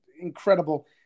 incredible